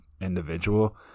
individual